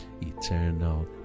eternal